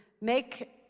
make